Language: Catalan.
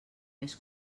més